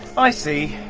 i see.